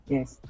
Yes